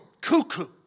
cuckoo